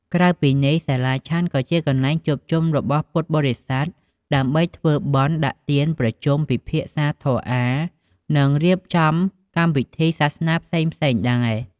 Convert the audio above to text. ក្រៅពីនេះ សាលាឆាន់ក៏ជា កន្លែងជួបជុំ របស់ពុទ្ធបរិស័ទ ដើម្បីធ្វើបុណ្យ ដាក់ទាន ប្រជុំ ពិភាក្សាធម៌អាថ៌ និងរៀបចំកម្មវិធីសាសនាផ្សេងៗដែរ។